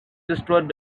destroyed